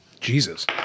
Jesus